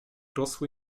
rosły